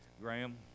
Graham